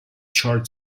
chart